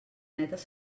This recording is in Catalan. netes